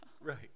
Right